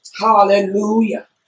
Hallelujah